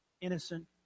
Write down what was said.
innocent